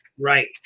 Right